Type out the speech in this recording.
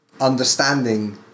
understanding